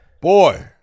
boy